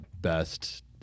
best